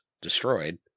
destroyed